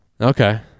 Okay